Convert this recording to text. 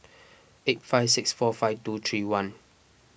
eight five six four five two three one